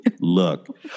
look